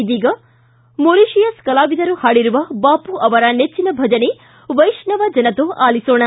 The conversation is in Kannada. ಇದೀಗ ಮೊರಿಷಿಯಸ್ ಕಲಾವಿದರು ಹಾಡಿರುವ ಬಾಪು ಅವರ ನೆಚ್ಚಿನ ಭಜನೆ ವೈಷ್ಣವೊ ಜನತೊ ಆಲಿಸೋಣ